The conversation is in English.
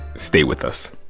stay with us